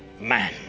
man